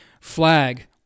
flag